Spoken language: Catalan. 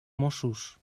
mossos